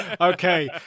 Okay